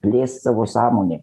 plėst savo sąmonę